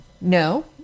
no